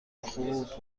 خوب